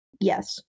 Yes